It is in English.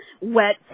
Wet